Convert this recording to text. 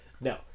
no